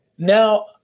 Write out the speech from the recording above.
Now